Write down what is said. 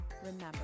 remember